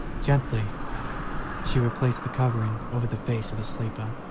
gently she replaced the covering over the face of the sleeper,